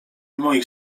moich